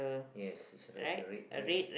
yes is the right on the leg right